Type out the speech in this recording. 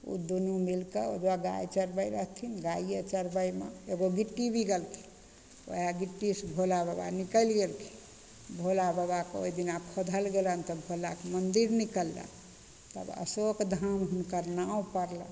ओ दुनू मिलिके वएह गाइ चरबै रहथिन गाइए चरबैमे एगो गिट्टी बिगलखिन वएह गिट्टीसे भोला बाबा निकलि गेलखिन भोला बाबाके ओहिदिना खोधल गेलनि तब भोलाके मन्दिर निकललनि तब अशोक धाम हुनकर नाम पड़लनि